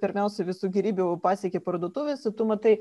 pirmiausia visų gėrybių pasiekė parduotuvėse tu matai